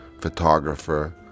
photographer